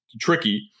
tricky